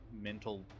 mental